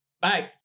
Bye